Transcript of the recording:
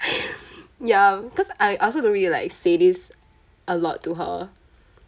ya cause I I also don't really like say this a lot to her